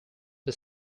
but